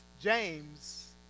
James